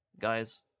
Guys